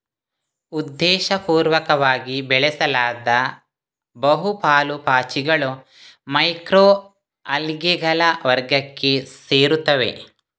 ಉದ್ದೇಶಪೂರ್ವಕವಾಗಿ ಬೆಳೆಸಲಾದ ಬಹು ಪಾಲು ಪಾಚಿಗಳು ಮೈಕ್ರೊ ಅಲ್ಗೇಗಳ ವರ್ಗಕ್ಕೆ ಸೇರುತ್ತವೆ